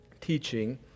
teaching